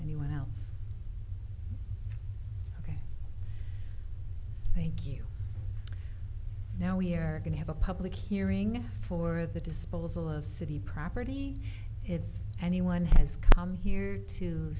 anyone else thank you now we're going to have a public hearing for the disposal of city property if anyone has come here to